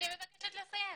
סליחה, אני מבקשת לסיים.